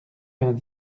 vingt